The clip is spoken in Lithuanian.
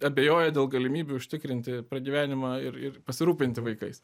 abejoja dėl galimybių užtikrinti pragyvenimą ir ir pasirūpinti vaikais